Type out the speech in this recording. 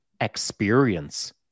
experience